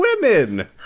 women